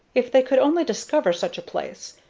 if they could only discover such a place,